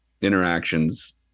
interactions